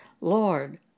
Lord